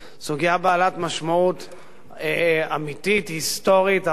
סוגיה בעלת משמעות אמיתית, היסטורית, הרת גורל,